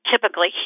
typically